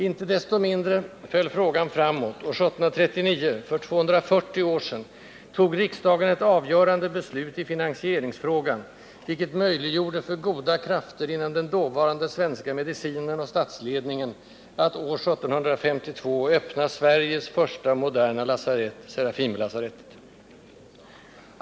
Icke desto mindre föll frågan framåt, och 1739 — för 240 år sedan — tog riksdagen ett avgörande beslut i finansieringsfrågan, vilket möjliggjorde för goda krafter inom den dåvarande svenska medicinen och statsledningen att år 1752 öppna Sveriges första moderna lasarett, Serafimerlasarettet.